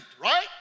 right